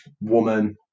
woman